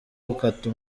gukata